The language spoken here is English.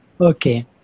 Okay